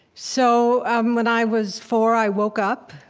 so um when i was four, i woke up,